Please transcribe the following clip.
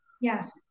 Yes